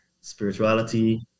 spirituality